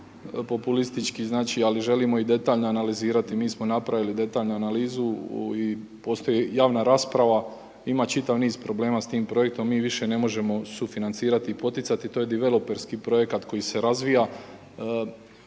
populistički, ali želimo i detaljno analizirati. Mi smo napravili detaljnu analizu i postoji javna rasprava, ima čitav niz problema s tim projektom. Mi više ne možemo sufinancirati i poticati, to je diveloperski projekat koji se razvija.